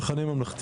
על הכל.